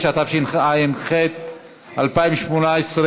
התשע"ח 2018,